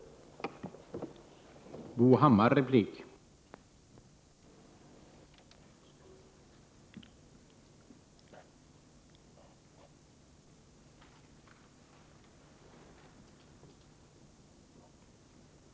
frin e 8